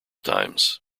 times